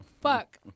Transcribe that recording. Fuck